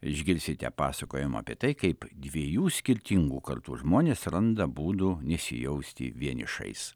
išgirsite pasakojimą apie tai kaip dviejų skirtingų kartų žmonės randa būdų nesijausti vienišais